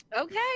Okay